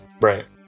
Right